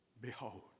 Behold